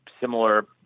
similar